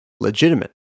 legitimate